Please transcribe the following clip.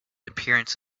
appearance